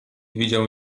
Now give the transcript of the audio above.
widział